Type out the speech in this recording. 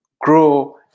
grow